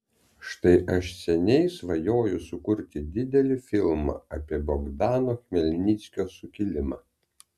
štai aš seniai svajoju sukurti didelį filmą apie bogdano chmelnickio sukilimą